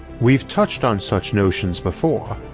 we've touched on such notions before,